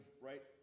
right